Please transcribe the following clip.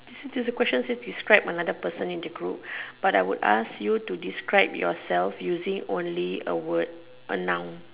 listen to the question say describe another person in the group but I would ask you to describe yourself using only a word a noun